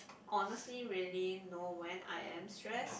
honestly really know when I am stress